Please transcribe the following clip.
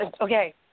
Okay